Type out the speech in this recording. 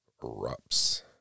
erupts